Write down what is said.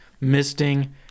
misting